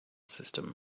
system